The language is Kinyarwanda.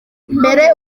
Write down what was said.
mbere